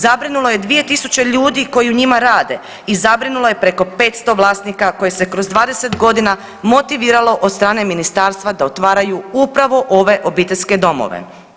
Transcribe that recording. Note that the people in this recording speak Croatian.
Zabrinulo je 2.000 ljudi koji u njima rade i zabrinulo je preko 500 vlasnika koje se kroz 20 godina motiviralo od strane ministarstva da otvaraju upravo ove obiteljske domove.